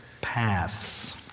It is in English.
paths